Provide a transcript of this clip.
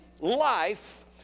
life